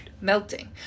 melting